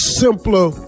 simpler